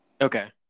Okay